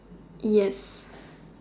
yes